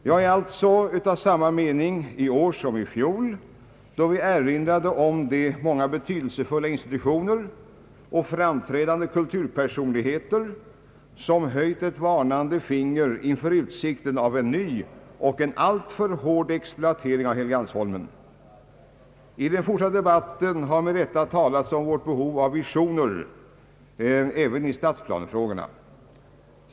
Jag är alltså av samma mening i år som i fjol, då vi erinrade om de många betydelsefulla institutioner och framträdande kulturpersonligheter som höjt ett varnande finger inför utsikten av en ny och alltför hård exploatering av Helgeandsholmen. I den fortsatta debatten har med rätta talats om vårt behov av visioner även i stadsplanefrågorna.